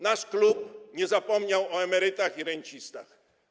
Nasz klub nie zapomniał o emerytach i rencistach.